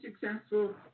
successful